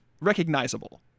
Recognizable